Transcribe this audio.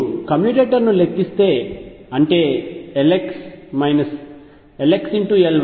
మీరు కమ్యుటేటర్ ను లెక్కిస్తే అంటే Lx Ly Ly Lx